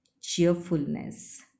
Cheerfulness